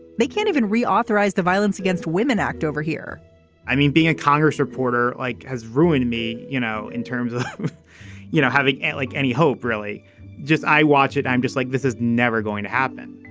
they can't even reauthorize the violence against women act over here i mean being a congress reporter like has ruined me. you know in terms of you know having like any hope really just i watch it. i'm just like this is never going to happen.